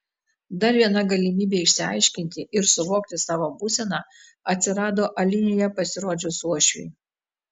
dar viena galimybė išsiaiškinti ir suvokti savo būseną atsirado alinėje pasirodžius uošviui